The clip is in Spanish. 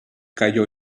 cayó